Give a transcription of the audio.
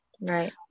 Right